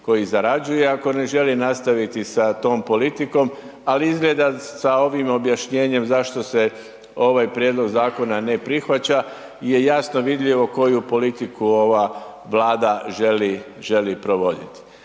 koji zarađuje, ako ne želi nastaviti sa tom politikom, ali izgleda sa ovim objašnjenjem zašto se ovaj prijedlog zakona ne prihvaća je jasno vidljivo koju politiku ova Vlada želi, želi provoditi.